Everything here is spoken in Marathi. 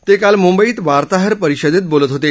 ते काल मुंबईत वार्ताहर परिषदेत बोलत होते